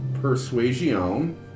persuasion